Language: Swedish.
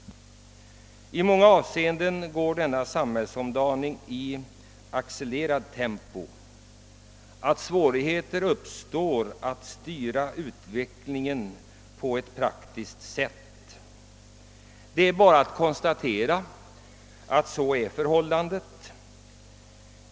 I många avseenden sker denna samhällsomdaning i accelererat tempo, så att svårigheter uppstår att styra utvecklingen på ett praktiskt sätt. Det är bara att konstatera att så är förhållandet.